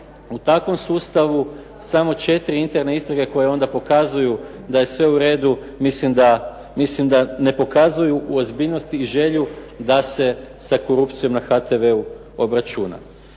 u takvom slučaju samo četiri interne istrage koje onda pokazuju da je sve uredu, mislim da ne pokazuju ozbiljnost ni želju da se sa korupcijom na HTV-u obračuna.